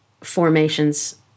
formations